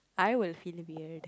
I will feel weird